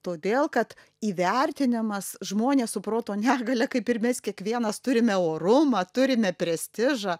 todėl kad įvertinimas žmonės su proto negalia kaip ir mes kiekvienas turime orumą turime prestižą